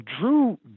drew